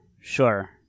sure